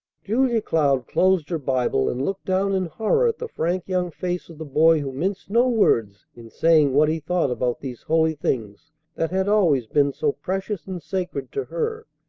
julia cloud closed her bible, and looked down in horror at the frank young face of the boy who minced no words in saying what he thought about these holy things that had always been so precious and sacred to her.